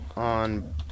On